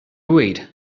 wait